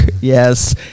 yes